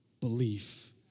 belief